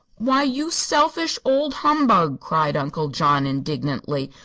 why, you selfish old humbug! cried uncle john, indignantly.